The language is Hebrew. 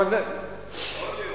יעבדו יום